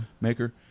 maker